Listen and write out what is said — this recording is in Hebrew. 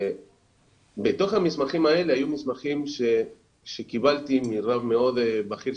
בתוך המסמכים האלה היו מסמכים שקיבלתי מרב מאוד בכיר,